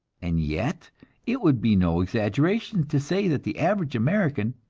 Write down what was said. and yet it would be no exaggeration to say that the average american,